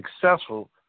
successful